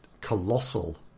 colossal